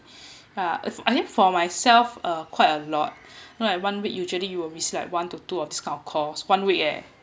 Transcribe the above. ah I think for myself uh quite a lot like one week usually you will receive like one to two of this kind of calls one week eh